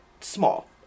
small